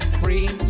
free